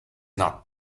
not